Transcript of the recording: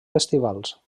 festivals